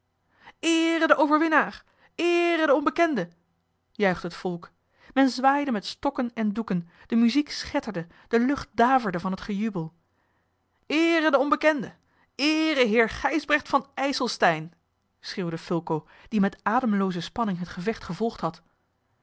eere den overwinnaar eere den onbekende juichte het volk men zwaaide met stokken en doeken de muziek schetterde de lucht daverde van het gejubel eere den onbekende eere heer gijsbrecht van ijselstein schreeuwde fulco die met ademlooze spanning het gevecht gevolgd had